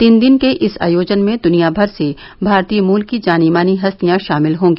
तीन दिन के इस आयोजन में दुनिया भर से भारतीय मूल की जानी मानी हस्तियां शामिल होंगी